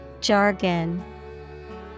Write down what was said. Jargon